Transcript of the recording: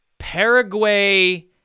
Paraguay